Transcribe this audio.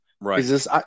Right